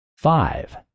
Five